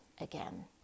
again